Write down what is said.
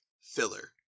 filler